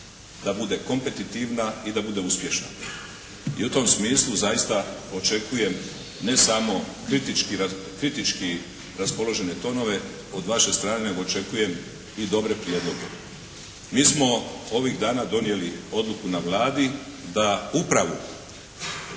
da bude kompetitivna i da bude uspješna. I u tom smislu zaista očekujem ne samo kritički raspoložene tonove od vaše strane nego očekujem i dobre prijedloge. Mi smo ovih dana donijeli odluku na Vladi da upravu